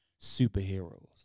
superheroes